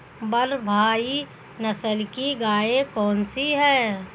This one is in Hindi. भारवाही नस्ल की गायें कौन सी हैं?